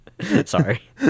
Sorry